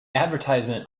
advertisement